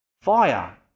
Fire